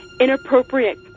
inappropriate